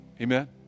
amen